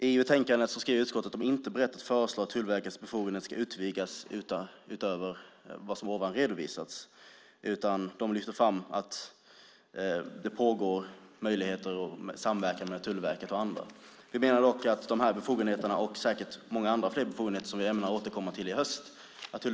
I betänkandet skriver utskottet att de inte är beredda att föreslå att Tullverkets befogenheter ska utvidgas utöver vad som har redovisats. De lyfter fram att det finns möjligheter för Tullverket att samverka med andra. Vi menar dock att Tullverket bör ha de här befogenheterna och säkert många andra befogenheter, som vi ämnar återkomma till i höst.